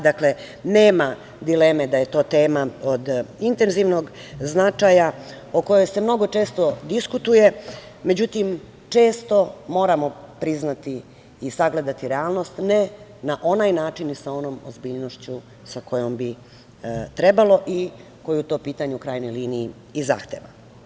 Dakle, nema dileme da je to tema od intenzivnog značaja o kojoj se mnogo često diskutuje, međutim često moramo priznati i sagledati realnost ne na onaj način i sa onom ozbiljnošću sa kojom bi trebalo i koju to pitanje u krajnjoj liniji i zahteva.